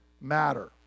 matter